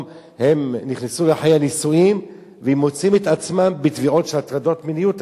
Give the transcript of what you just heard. הם נכנסו לחיי הנישואין ומוצאים את עצמם בתביעות של הטרדות מיניות.